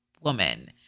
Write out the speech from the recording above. woman